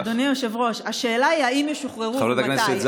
אדוני היושב-ראש, השאלה היא: האם ישוחררו ומתי?